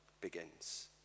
begins